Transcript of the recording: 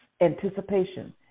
anticipation